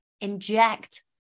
inject